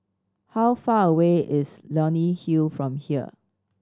how far away is Leonie Hill from here